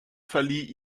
verlieh